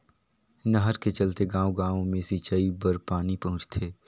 नहर के चलते गाँव गाँव मे सिंचई बर पानी पहुंचथे